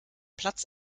platz